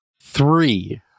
Three